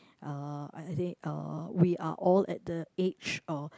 uh I think uh we are all at the age uh